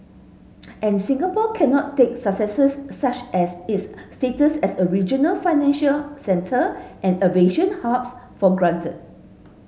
and Singapore cannot take successes such as its status as a regional financial centre and aviation hubs for granted